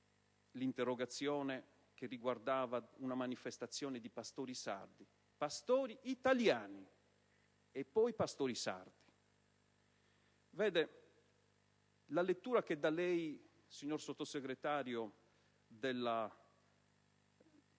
l'interrogazione, che essa riguardava una manifestazione di "pastori sardi": pastori italiani, poi certo pastori sardi. Vede, la lettura che lei dà, signor Sottosegretario, del